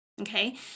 okay